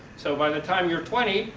so by the time you're twenty,